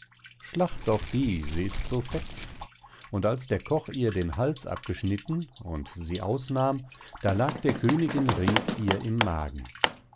schlacht doch die sie ist so fett und als der koch ihr den hals abgeschnitten und sie ausnahm da lag der königin ring ihr im magen